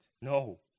No